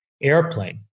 airplane